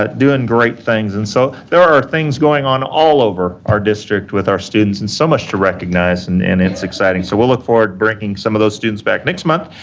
but doing great things. and so, there are things going on all over our district with our students and so much to recognize, and and it's exciting, so, we'll look forward to bringing some of those students back next month.